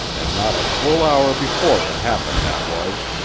and not a full hour before it happened that was.